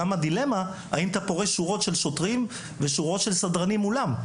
הדילמה היא גם האם אתה פורס שורות של שוטרים וסדרנים מולם?